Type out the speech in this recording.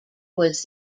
was